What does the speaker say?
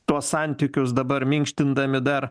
tuos santykius dabar minkštindami dar